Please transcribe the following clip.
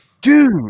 Dude